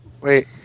Wait